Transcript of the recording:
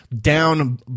down